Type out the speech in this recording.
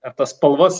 ar tas spalvas